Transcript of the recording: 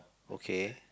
okay